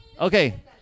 Okay